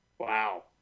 wow